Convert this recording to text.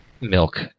milk